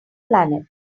planet